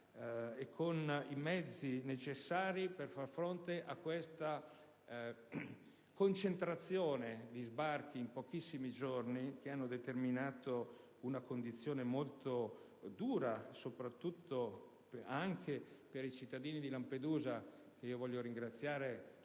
e i mezzi necessari per far fronte a questa concentrazione di sbarchi in pochissimi giorni, che hanno determinato una condizione molto dura anche e soprattutto per i cittadini di Lampedusa, che ringrazio